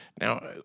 Now